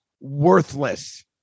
worthless